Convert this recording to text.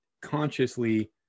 consciously